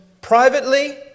privately